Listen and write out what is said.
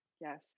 Yes